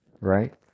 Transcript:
Right